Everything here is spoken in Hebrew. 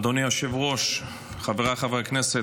אדוני היושב-ראש, חבריי חברי הכנסת.